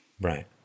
Right